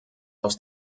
aus